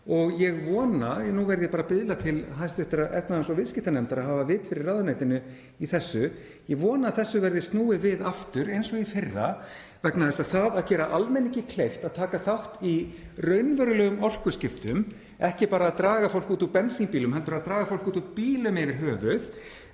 Ég vona — og nú verð ég bara að biðla til hv. efnahags- og viðskiptanefndar að hafa vit fyrir ráðuneytinu í þessu — að þessu verði snúið við aftur eins og í fyrra, vegna þess að það að gera almenningi kleift að taka þátt í raunverulegum orkuskiptum, ekki bara að draga fólk út úr bensínbílum heldur að draga fólk út úr bílum yfir höfuð,